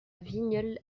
vigneulles